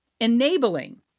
enabling